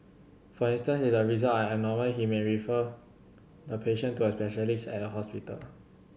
for instance if the results are abnormal he may refer the patient to a specialist at a hospital